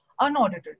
unaudited